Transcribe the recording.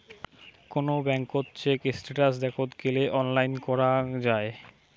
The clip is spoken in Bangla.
কোন ব্যাঙ্কত চেক স্টেটাস দেখত গেলে অনলাইন করাঙ যাই